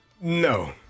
No